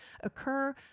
occur